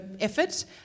effort